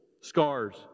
scars